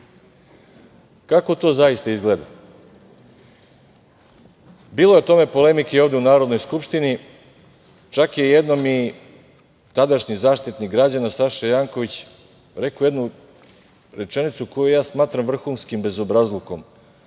to zaista izgleda? Bilo je o tome polemike ovde u Narodnoj skupštini, čak je jednom i tadašnji Zaštitnik građana Saša Janković rekao jednu rečenicu koju ja smatram vrhunskim bezobrazlukom,